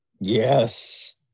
yes